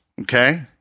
okay